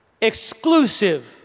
Exclusive